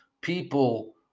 People